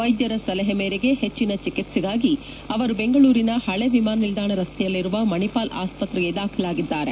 ವ್ವೆದ್ಯರ ಸಲಹೆಯ ಮೇರೆಗೆ ಹೆಚ್ಚಿನ ಚಿಕಿತ್ವೆಗಾಗಿ ಅವರು ಬೆಂಗಳೂರಿನ ಹಳೆ ವಿಮಾನ ನಿಲ್ದಾಣ ರಸ್ತೆಯಲ್ಲಿರುವ ಮಣಿಪಾಲ್ ಆಸ್ವತ್ರೆಗೆ ದಾಖಲಾಗಿದ್ದಾರೆ